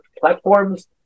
platforms